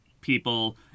people